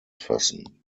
fassen